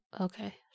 Okay